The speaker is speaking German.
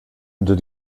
unter